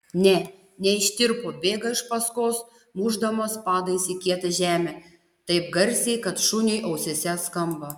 ne neištirpo bėga iš paskos mušdamas padais į kietą žemę taip garsiai kad šuniui ausyse skamba